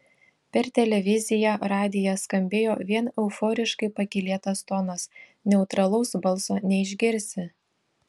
per televiziją radiją skambėjo vien euforiškai pakylėtas tonas neutralaus balso neišgirsi